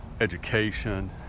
education